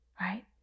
right